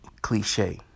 cliche